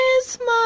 christmas